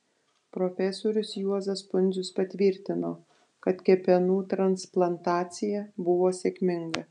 profesorius juozas pundzius patvirtino kad kepenų transplantacija buvo sėkminga